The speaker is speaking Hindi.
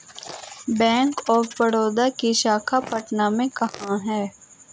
बैंक ऑफ बड़ौदा की शाखा पटना में कहाँ है?